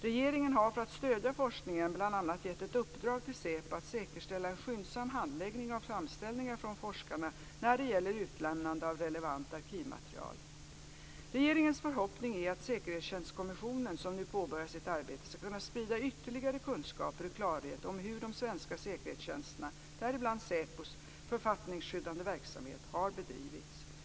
Regeringen har för att stödja forskningen bl.a. gett ett uppdrag till SÄPO att säkerställa en skyndsam handläggning av framställningar från forskarna när det gäller utlämnande av relevant arkivmaterial. Regeringens förhoppning är att Säkerhetstjänstkommissionen, som nu påbörjat sitt arbete, ska kunna sprida ytterligare kunskaper och klarhet om hur de svenska säkerhetstjänsternas - däribland SÄPO:s - författningsskyddande verksamhet har bedrivits.